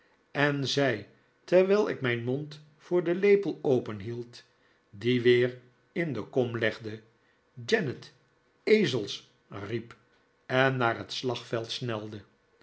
en zij terwijl ik mijn mond voor den lepel openhield dien weer in de kom legde janet ezels riep en naar het slagveld snelde